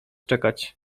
czekać